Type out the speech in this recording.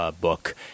book